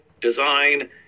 design